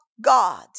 God